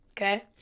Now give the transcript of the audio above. Okay